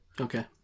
Okay